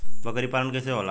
बकरी पालन कैसे होला?